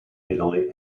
italy